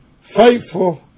faithful